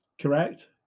correct